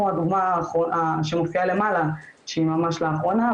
כמו הדוגמה שמופיעה למעלה שהיא ממש לאחרונה,